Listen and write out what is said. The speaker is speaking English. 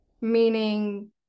meaning